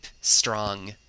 strong